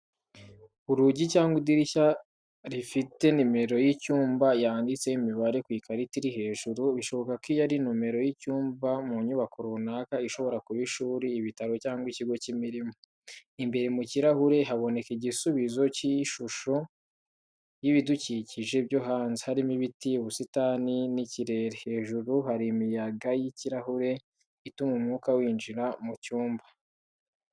Urugi cyangwa idirishya rifite nimero y’icyumba yanditseho imibare ku ikarita iri hejuru. Bishoboka ko iyi ari nimero y’icyumba mu nyubako runaka, ishobora kuba ishuri, ibitaro cyangwa ikigo cy’imirimo. Imbere mu kirahure haboneka igisubizo cy’ishusho y’ibidukikije byo hanze, harimo ibiti, ubusitani n’ikirere. Hejuru hari imiyaga y’ikirahure ituma umwuka winjira mu cyumba.